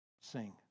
sing